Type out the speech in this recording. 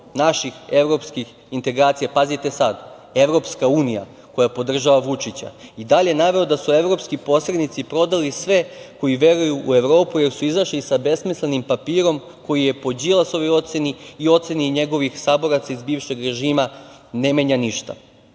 naših evropskih integracija, pazite sad, Evropska unija koja podržava Vučića i dalje je naveo da su evropski poslanici prodali sve koji veruju u Evropu, jer su izašli sa besmislenim papirom koji je po Đilasovoj proceni i oceni i njegovih saboraca iz bivšeg režima, ne menja ništa. To